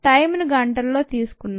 టైంను గంటల్లో తీసుకున్నాం